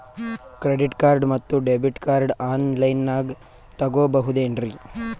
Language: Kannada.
ಕ್ರೆಡಿಟ್ ಕಾರ್ಡ್ ಮತ್ತು ಡೆಬಿಟ್ ಕಾರ್ಡ್ ಆನ್ ಲೈನಾಗ್ ತಗೋಬಹುದೇನ್ರಿ?